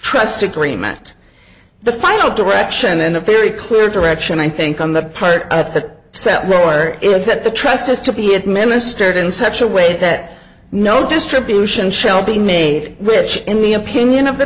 trust agreement the final direction in a very clear direction i think on the part of the set lawyer is that the trust has to be administered in such a way that no distribution shall be made which in the opinion of the